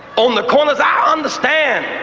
on the corners i understand.